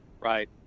Right